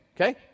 okay